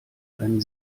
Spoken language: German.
einen